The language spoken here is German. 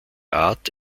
art